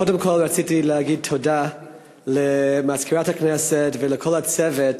קודם כול רציתי להגיד תודה למזכירת הכנסת ולכל הצוות,